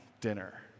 dinner